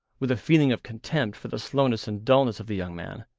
with a feeling of contempt for the slowness and dulness of the young man.